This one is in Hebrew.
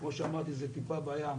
כמו שאמרתי, זה טיפה בים.